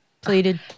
Pleaded